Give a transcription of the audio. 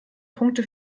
punkte